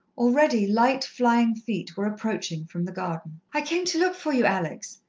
already light, flying feet were approaching from the garden. i came to look for you, alex,